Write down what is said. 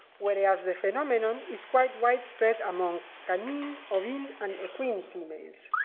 whereas the phenomenon is quite widespread among canine, ovine and equine females.